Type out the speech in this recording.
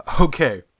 Okay